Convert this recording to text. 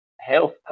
health